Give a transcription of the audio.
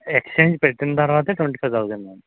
exchange పెట్టిన తర్వాతే twenty five thousand అండి